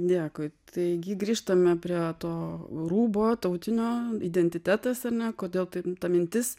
dėkui taigi grįžtame prie to rūbo tautinio identitetas ar ne kodėl ta mintis